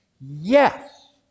Yes